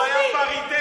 פריטטי.